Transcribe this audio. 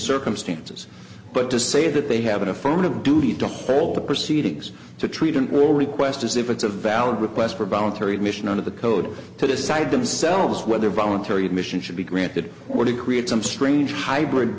circumstances but to say that they have an affirmative duty to hold the proceedings to treatment will request as if it's a valid request for voluntary admission out of the code to decide themselves whether voluntary admission should be granted or to create some strange hybrid